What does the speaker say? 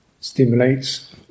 stimulates